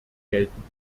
geltend